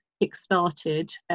kick-started